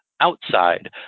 outside